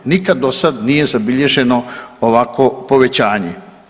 Nikada do sada nije zabilježeno ovakvo povećanje.